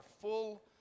full